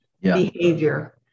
behavior